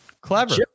Clever